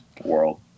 world